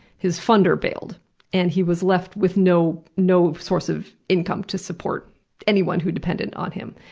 his funder bailed and he was left with no no source of income to support anyone who depended on him.